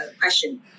question